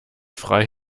frei